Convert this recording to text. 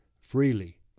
freely